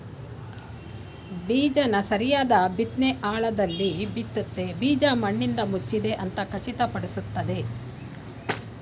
ಬೀಜನ ಸರಿಯಾದ್ ಬಿತ್ನೆ ಆಳದಲ್ಲಿ ಬಿತ್ತುತ್ತೆ ಬೀಜ ಮಣ್ಣಿಂದಮುಚ್ಚಿದೆ ಅಂತ ಖಚಿತಪಡಿಸ್ತದೆ